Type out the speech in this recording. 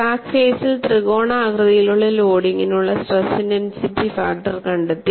crack ഫേസിൽ ത്രികോണാകൃതിയിലുള്ള ലോഡിംഗിനുള്ള സ്ട്രെസ് ഇന്റെൻസിറ്റി ഫാക്ടർ കണ്ടെത്തി